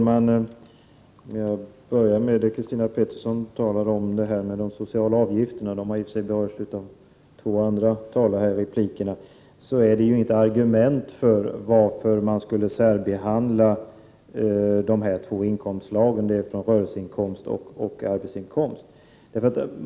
Herr talman! Christina Pettersson talade om de sociala avgifterna, och de berördes också i de två senaste replikerna. Det är inte något argument för att särbehandla de två inkomstslagen rörelseinkomst och arbetsinkomst.